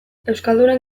euskaldunen